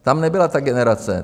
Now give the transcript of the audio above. Tam nebyla ta generace.